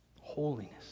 Holiness